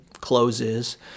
closes